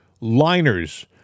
liners